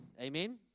Amen